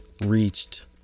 reached